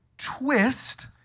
twist